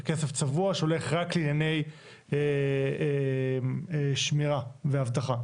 כסף צבוע, שהולך רק לענייני שמירה ואבטחה.